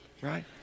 right